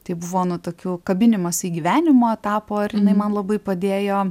tai buvo nu tokių kabinimosi į gyvenimą etapų ir jinai man labai padėjo